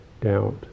doubt